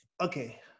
Okay